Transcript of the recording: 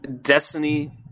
Destiny